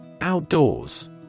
Outdoors